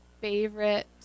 favorite